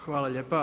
Hvala lijepa.